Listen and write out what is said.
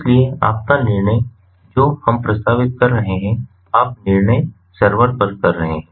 इसलिए आपका निर्णय जो हम प्रस्तावित कर रहे हैं आप निर्णय सर्वर पर कर रहे हैं